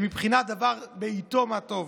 הן מבחינת דבר בעיתו, מה טוב.